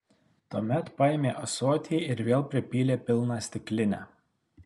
tuomet paėmė ąsotį ir vėl pripylė pilną stiklinę